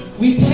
we